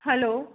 hello